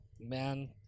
man